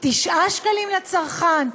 9 שקלים לצרכן.